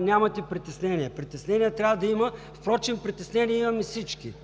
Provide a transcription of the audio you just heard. нямате притеснения. Притеснения трябва да има. Впрочем притеснения имаме всички,